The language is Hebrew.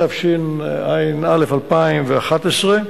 התשע"א 2011,